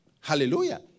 Hallelujah